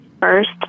first